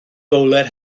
fowler